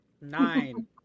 Nine